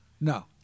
No